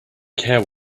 care